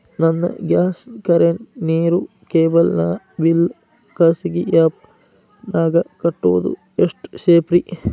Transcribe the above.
ನನ್ನ gas current, ನೇರು, cable ನ ಬಿಲ್ ಖಾಸಗಿ ಆ್ಯಪ್ ನ್ಯಾಗ್ ಕಟ್ಟೋದು ಎಷ್ಟು ಸೇಫ್ರಿ?